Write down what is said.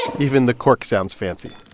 even the cork sounds fancy